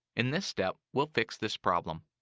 in this step, we'll fix this problem.